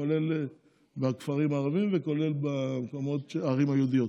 כולל בכפרים הערביים וכולל בערים הערביות.